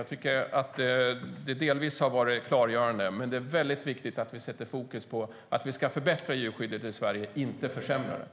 Jag tycker att den delvis har varit klargörande. Men det är väldigt viktigt att vi sätter fokus på att vi ska förbättra djurskyddet i Sverige, inte försämra det.